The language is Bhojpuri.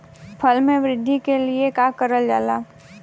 फसल मे वृद्धि के लिए का करल जाला?